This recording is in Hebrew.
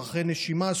דרכי נשימה,